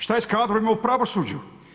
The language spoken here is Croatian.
Šta je sa kadrovima u pravosuđu?